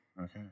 Okay